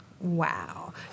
Wow